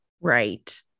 Right